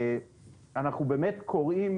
אנחנו קוראים,